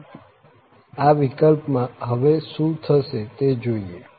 આમ આ વિકલ્પમાં હવે શું થશે તે જોઈએ